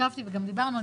הקשבתי וגם דיברנו,